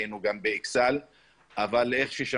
להיגרם נזק גם לרכוש אבל בוודאי גם נזק